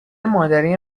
مادری